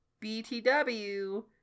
BTW